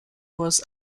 was